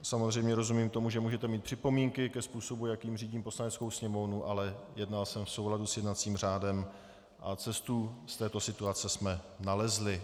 Samozřejmě rozumím tomu, že můžete mít připomínky ke způsobu, jakým řídím Poslaneckou sněmovnu, ale jednal jsem v souladu s jednacím řádem a cestu z této situace jsme nalezli.